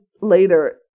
later